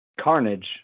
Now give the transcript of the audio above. Carnage